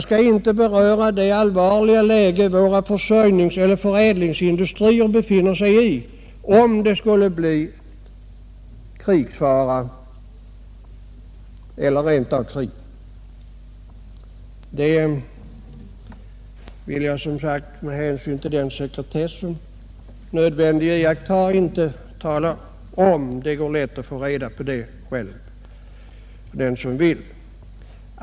Med hänsyn till den sekretess som är nödvändig att iaktta skall jag inte beröra det allvarliga läge våra förädlingsindustrier skulle befinna sig i, om det skulle bli krigsfara eller rent av krig.